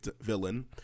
villain